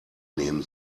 nehmen